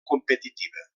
competitiva